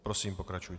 Prosím, pokračujte.